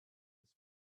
his